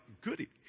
goody